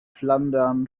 flandern